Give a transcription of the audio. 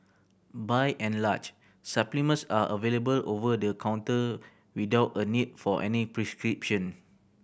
by and large supplements are available over the counter without a need for any prescription